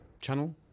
channel